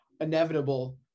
inevitable